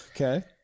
Okay